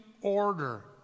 order